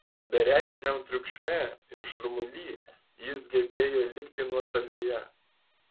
bereikšmiam triukšme ir šurmuly jis gebėjo likti nuošalėje